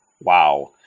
wow